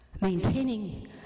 maintaining